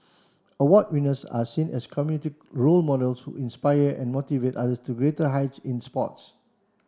award winners are seen as community role models who inspire and motivate others to greater heights in sports